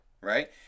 right